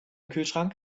kühlschrank